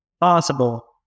possible